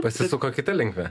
pasisuko kita linkme